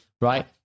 right